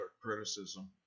criticism